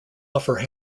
offer